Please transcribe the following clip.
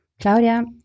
Claudia